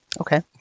okay